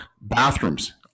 bathrooms